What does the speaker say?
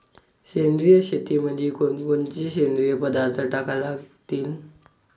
सेंद्रिय शेतीमंदी कोनकोनचे सेंद्रिय पदार्थ टाका लागतीन?